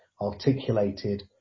articulated